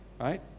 Right